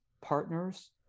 partners